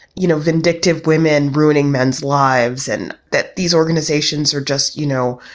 you know, vindictive women ruining men's lives and that these organizations are just, you know,